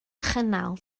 chynnal